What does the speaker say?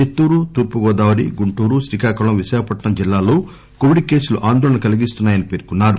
చిత్తూరు తూర్పు గోదావరి గుంటూరు శ్రీకాకుళం విశాఖపట్నం జిల్లాలో కోవిడ్ కేసులు ఆందోళన కలిగిస్తున్నాయని పేర్కొన్నారు